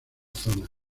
zonas